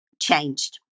changed